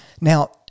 Now